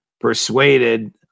persuaded